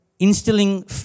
Instilling